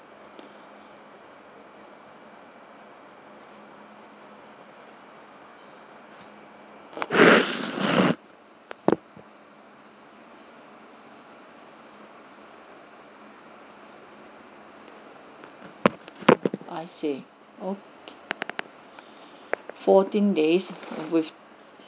I see okay fourteen days with